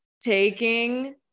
taking